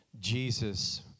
Jesus